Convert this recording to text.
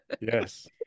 Yes